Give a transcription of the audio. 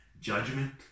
Judgment